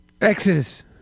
Exodus